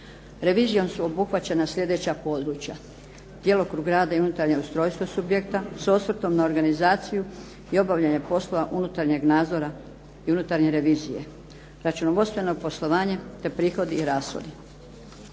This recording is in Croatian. Revizijom su obuhvaćena sljedeća područja: djelokrug rada i unutarnje ustrojstvo subjekta s osvrtom na organizaciju i obavljanje poslova unutarnjeg nadzora i unutarnje revizije, računovodstveno poslovanje, te prihodi i rashodi.